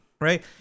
Right